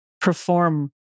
perform